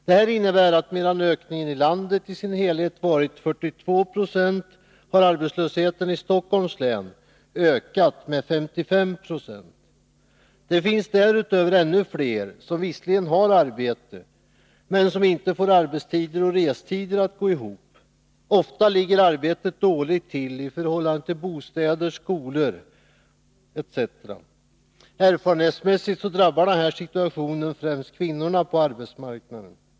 Detta innebär att medan ökningen i landet i sin helhet varit 42 Jo har arbetslösheten i Stockholms län ökat med 55 96. Det finns därutöver ännu fler som visserligen har arbete, men som inte får arbetstider och restider att gå ihop. Ofta ligger arbetet dåligt till i förhållande till bostäder, skolor etc. Erfarenhetsmässigt drabbar den här situationen främst kvinnorna på arbetsmarknaden.